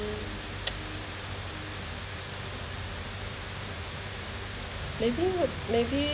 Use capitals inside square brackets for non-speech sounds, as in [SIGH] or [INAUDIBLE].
[NOISE] maybe hurt maybe